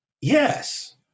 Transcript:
yes